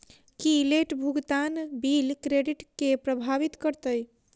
की late भुगतान bill credit केँ प्रभावित करतै?